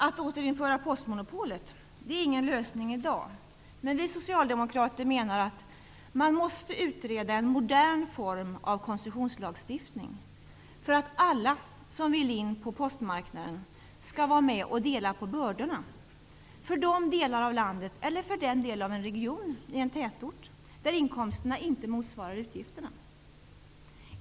Att återinföra postmonopolet är ingen lösning i dag. Vi socialdemokrater menar att man måste utreda en modern form av koncessionslagstiftning så att alla som vill in på postmarknaden skall vara med och dela på bördorna för de delar av landet, eller för den del av en region i en tätort, där inkomsterna inte motsvarar utgifterna.